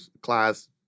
class